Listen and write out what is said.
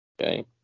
Okay